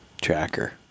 Tracker